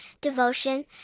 devotion